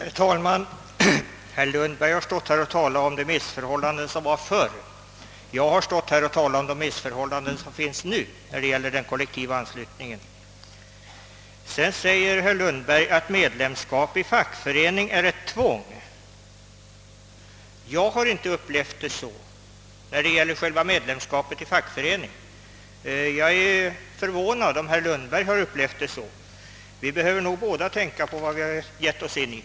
Herr talman! Herr Lundberg har här stått och talat om de missförhållanden som rådde förr. Jag har talat om de missförhållanden som finns. nu när det gäller den kollektiva anslutningen. Sedan säger herr Lundberg att medlemskap i fackförening är ett tvång. Jag har inte upplevt medlemskapet i fackföreningen såsom ett tvång och jag är Åtgärder i syfte att fördjupa och stärka det svenska folkstyret förvånad om herr Lundberg har gjort det. Både herr Lundberg och jag behöver nog tänka på vad vi har givit oss in i.